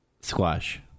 Squash